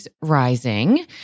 rising